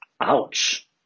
Ouch